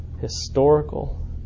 historical